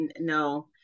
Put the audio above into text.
no